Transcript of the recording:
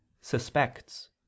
suspects